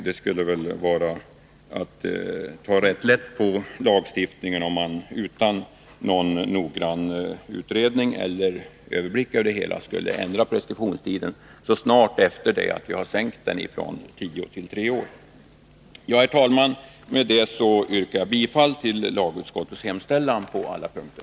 Det skulle vara att ta rätt lätt på lagstiftningen, om vi utan någon noggrann utredning eller överblick över det hela skulle ändra preskriptionstiden så kort tid efter det att vi förkortat den från tio till tre år. Med detta, herr talman, yrkar jag bifall till lagutskottets hemställan på alla punkter.